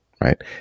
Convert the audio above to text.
Right